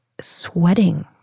sweating